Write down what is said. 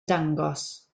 dangos